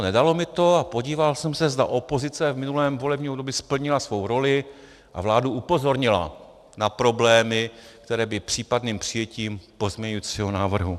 Nedalo mi to a podíval jsem se, zda opozice v minulém volebním období splnila svou roli a vládu upozornila na problémy, které by vznikly případným přijetím pozměňovacího návrhu.